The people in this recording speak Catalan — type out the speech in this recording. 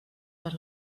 per